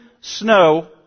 snow